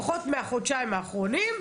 לפחות מהחודשיים האחרונים,